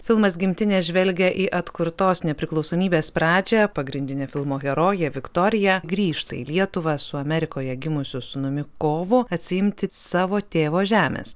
filmas gimtinė žvelgia į atkurtos nepriklausomybės pradžią pagrindinė filmo herojė viktorija grįžta į lietuvą su amerikoje gimusiu sūnumi kovu atsiimti savo tėvo žemės